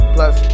Plus